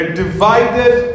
divided